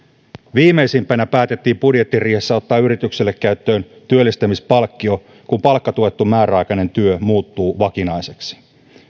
viimeisimpänä päätettiin budjettiriihessä ottaa yrityksille käyttöön työllistämispalkkio kun palkkatuettu määräaikainen työ muuttuu vakinaiseksi